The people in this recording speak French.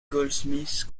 goldsmith